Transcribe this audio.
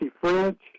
French